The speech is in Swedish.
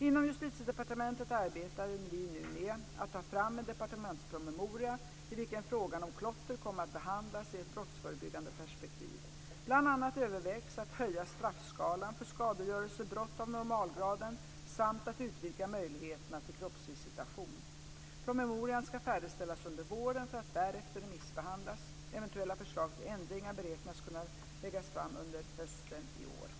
Inom Justitiedepartementet arbetar vi nu med att ta fram en departementspromemoria, i vilken frågan om klotter kommer att behandlas i ett brottsförebyggande perspektiv. Bl.a. övervägs att höja straffskalan för skadegörelsebrott av normalgraden samt att utvidga möjligheterna till kroppsvisitation. Promemorian ska färdigställas under våren för att därefter remissbehandlas. Eventuella förslag till ändringar beräknas kunna läggas fram under hösten i år.